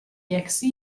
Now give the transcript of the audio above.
exe